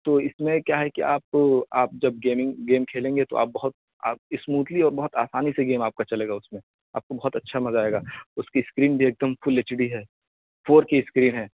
تو اس میں کیا ہے کہ آپ آپ جب گیمنگ گیم کھیلیں گے تو آپ بہت آپ اسموتھلی اور بہت آسانی سے گیم آپ کا چلے گا اس میں آپ کو بہت اچھا مزہ آئے گا اس کی اسکرین بھی ایک دم فل ایچ ڈی ہے فور کے اسکرین ہے